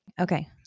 Okay